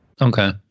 okay